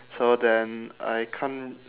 so then I can't